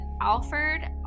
Alfred